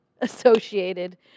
associated